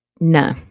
No